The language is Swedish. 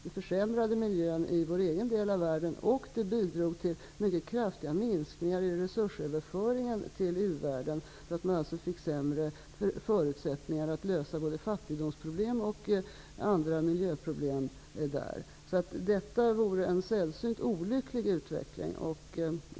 Det försämrade miljön i vår egen del av världen och bidrog till mycket kraftiga minskningar i resursöverföringen till u-världen. Förutsättningarna för att lösa både fattidomsproblem och miljöproblem blev alltså sämre. Detta vore en sällsynt olycklig utveckling.